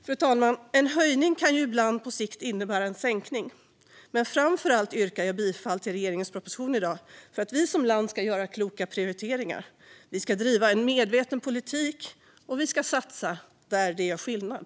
Fru talman! En höjning kan ibland på sikt innebära en sänkning, men framför allt yrkar jag bifall till regeringens proposition i dag för att vi som land ska göra kloka prioriteringar. Vi ska driva en medveten politik, och vi ska satsa där det gör skillnad.